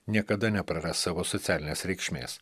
niekada nepraras savo socialinės reikšmės